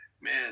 man